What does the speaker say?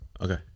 Okay